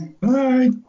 Bye